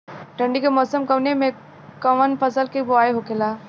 ठंडी के मौसम कवने मेंकवन फसल के बोवाई होखेला?